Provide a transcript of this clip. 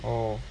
oh